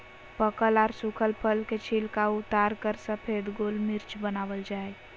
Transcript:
पकल आर सुखल फल के छिलका उतारकर सफेद गोल मिर्च वनावल जा हई